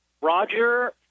Roger